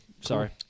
Sorry